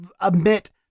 admit